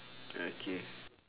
okay